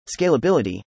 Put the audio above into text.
scalability